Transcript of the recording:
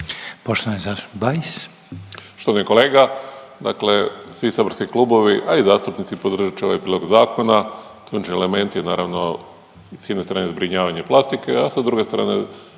Poštovani kolega, dakle svi saborski klubovi, a i zastupnici podržat će ovaj prijedlog zakona, ključni element je naravno s jedne strane zbrinjavanje plastike, a sa druge strane